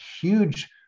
huge